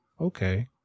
Okay